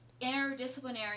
interdisciplinary